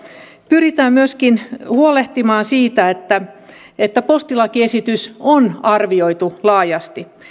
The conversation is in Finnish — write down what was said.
pyritään myöskin huolehtimaan siitä että että postilakiesitys on arvioitu laajasti